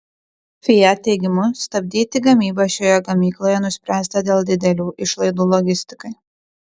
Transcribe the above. fiat teigimu stabdyti gamybą šioje gamykloje nuspręsta dėl didelių išlaidų logistikai